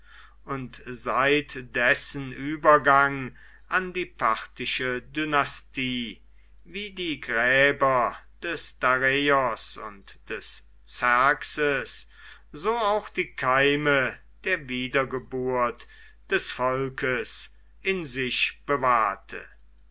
und seit dessen übergang an die parthische dynastie wie die gräber des dareios und des xerxes so auch die keime der wiedergeburt des volkes in sich bewahrte